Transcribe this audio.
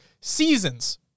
Seasons